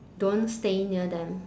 don't stay near them